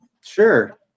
Sure